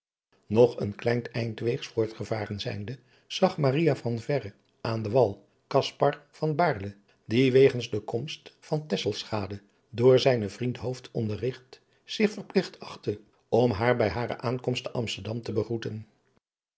nog een klein eindweegs voortgevaren zijnde zag maria van verre aan den wal caspar van baerle die wegens de komst van tesselschade door zijnen vriend hooft onderrigt zich verplicht achtte om haar bij hare aankomst te amsterdam te begroeten